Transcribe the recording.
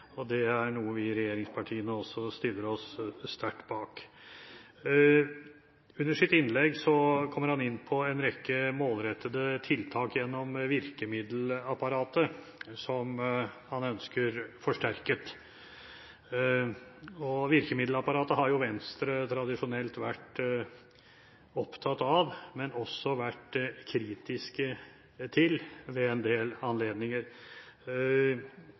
omprioritere. Det er noe vi i regjeringspartiene også stiller oss sterkt bak. Under sitt innlegg kom han inn på en rekke målrettede tiltak gjennom virkemiddelapparatet som han ønsker forsterket. Virkemiddelapparatet har Venstre tradisjonelt vært opptatt av, men også kritisk til ved en del anledninger.